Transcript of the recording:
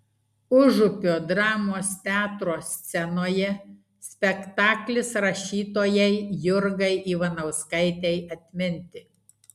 užupio dramos teatro scenoje spektaklis rašytojai jurgai ivanauskaitei atminti